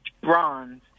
bronze